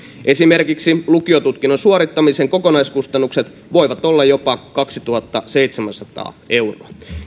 esimerkiksi lukiotutkinnon suorittamisen kokonaiskustannukset voivat olla jopa kaksituhattaseitsemänsataa euroa